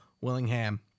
Willingham